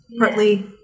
partly